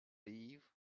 leave